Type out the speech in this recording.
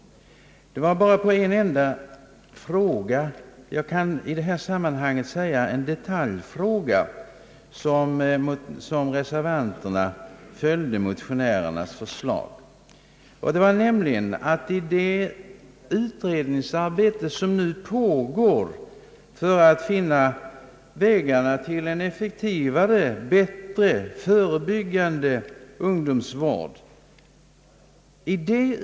Det blev därför till slut bara i en detaljfråga som reservanterna följde motionärernas förslag. Man vill ha ett tillägg i det utredningsarbete som nu pågår för att finna vägarna för en effektivare och bättre förebyggande ungdomsvård.